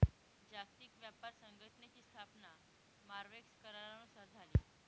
जागतिक व्यापार संघटनेची स्थापना मार्क्वेस करारानुसार झाली